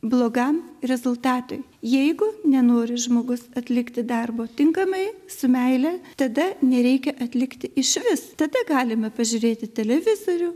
blogam rezultatui jeigu nenori žmogus atlikti darbo tinkamai su meile tada nereikia atlikti išvis tada galime pažiūrėti televizorių